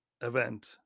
event